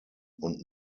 und